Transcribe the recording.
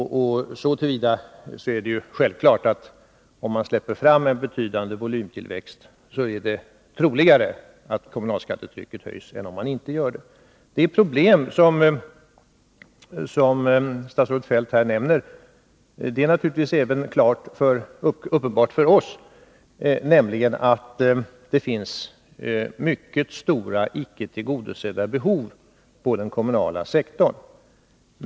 Och så till vida är det självklart, att om man släpper fram en betydande volymtillväxt, är det troligare att kommunalskattetrycket höjs än om man inte gör det. Det problem som statsrådet Feldt här nämner är naturligtvis uppenbart också för oss, nämligen att det finns mycket stora, icke tillgodosedda behov på den kommunala sektorn.